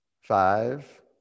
Five